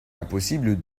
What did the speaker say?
impossible